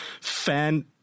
fan